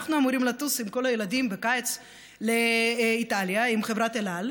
אנחנו אמורים לטוס עם כל הילדים בקיץ לאיטליה עם חברת אל על,